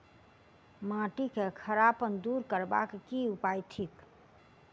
माटि केँ खड़ापन दूर करबाक की उपाय थिक?